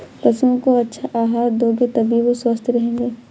पशुओं को अच्छा आहार दोगे तभी वो स्वस्थ रहेंगे